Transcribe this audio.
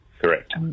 Correct